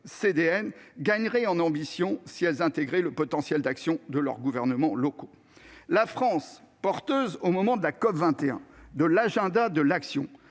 gagneraient en ambition si elles intégraient le potentiel d'action de leurs gouvernements locaux. La France, porteuse au moment de la COP21 de l'agenda de l'action,